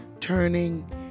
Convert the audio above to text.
turning